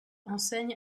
enseigne